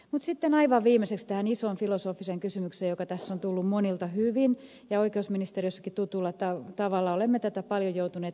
mutta sitten aivan viimeiseksi tähän isoon filosofiseen kysymykseen joka tässä on tullut monilta hyvin esiin ja oikeusministeriössäkin tutulla tavalla olemme tätä paljon joutuneet miettimään